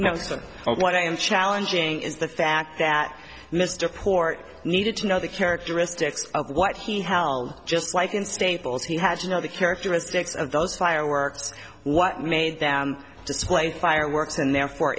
of what i am challenging is the fact that mr port needed to know the characteristics of what he held just like in staples he has you know the characteristics of those fireworks what made them display fireworks and therefore